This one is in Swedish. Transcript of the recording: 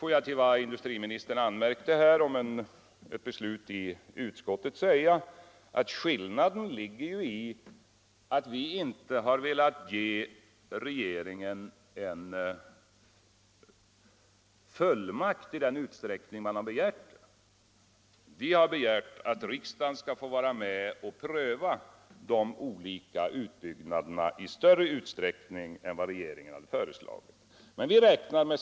Får jag till vad industriministern anmärkte om ett beslut i utskottet säga att skillnaden ligger i att vi inte har velat ge regeringen fullmakt i den utsträckning som man begärt när det gäller utbyggnad av vattenkraft. Vi har begärt att riksdagen skall få vara med och pröva de olika utbyggnaderna i större utsträckning än vad regeringen föreslagit.